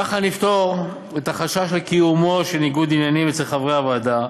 ככה נפתור את החשש לקיומו של ניגוד עניינים אצל חברי הוועדה,